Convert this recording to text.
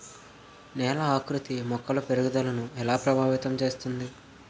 నేల ఆకృతి మొక్కల పెరుగుదలను ఎలా ప్రభావితం చేస్తుంది?